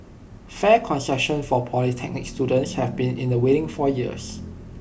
fare concessions for polytechnic students have been in the waiting for years